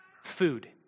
Food